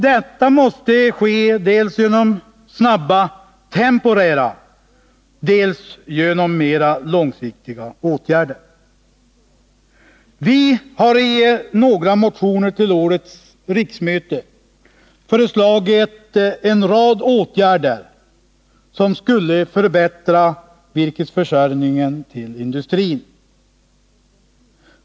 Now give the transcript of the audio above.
Det måste ske dels genom snabba temporära, dels genom mera långsiktiga åtgärder. Vi har i några motioner till årets riksmöte föreslagit en rad åtgärder som skulle förbättra virkesförsörjningen till industrin.